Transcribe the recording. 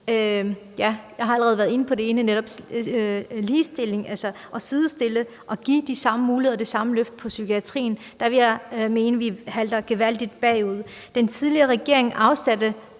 jeg har allerede været inde på den ene, netop at ligestille og give de samme muligheder til og løft af psykiatrien – vil jeg mene, at vi halter gevaldigt bagefter. Den tidligere regering afsatte,